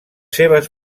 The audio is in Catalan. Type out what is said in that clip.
seves